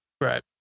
Right